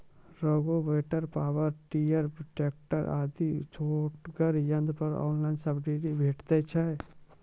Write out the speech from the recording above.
Rotavator, power tiller, tractor आदि छोटगर यंत्र पर ऑनलाइन सब्सिडी भेटैत छै?